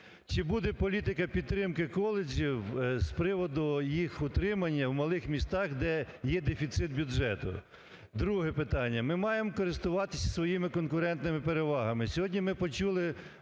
Чи буде політика підтримки коледжів з приводу їх утримання в малих містах, де є дефіцит бюджету? Друге питання. Ми маємо користуватись своїми конкурентними перевагами.